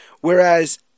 Whereas